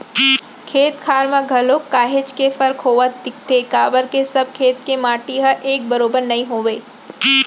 खेत खार म घलोक काहेच के फरक होवत दिखथे काबर के सब खेत के माटी ह एक बरोबर नइ होवय